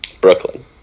Brooklyn